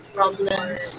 problems